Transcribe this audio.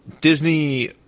Disney